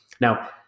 Now